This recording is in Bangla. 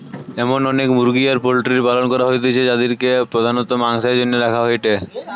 এরম অনেক মুরগি আর পোল্ট্রির পালন করা হইতিছে যাদিরকে প্রধানত মাংসের জন্য রাখা হয়েটে